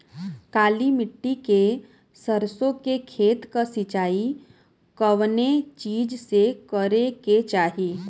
काली मिट्टी के सरसों के खेत क सिंचाई कवने चीज़से करेके चाही?